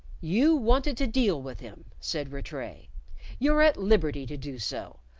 you wanted to deal with him, said rattray you're at liberty to do so.